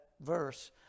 verse